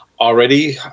already